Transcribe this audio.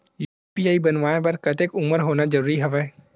UPI बनवाय बर कतेक उमर होना जरूरी हवय?